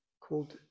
called